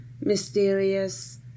mysterious